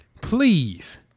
Please